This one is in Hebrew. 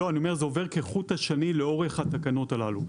אני אומר שזה עובר כחוט השני לאורך התקנות הללו,